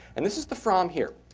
and this is the fram here.